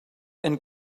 and